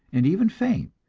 and even faint,